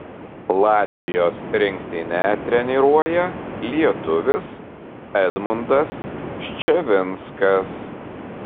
latvijos rinktinę treniruoja lietuvis edmundas ščavinskas